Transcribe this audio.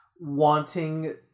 wanting